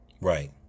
Right